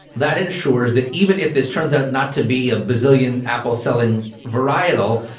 that ensures that even if this turns out not to be a bazillion apple selling varietals,